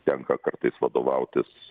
tenka kartais vadovautis